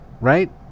right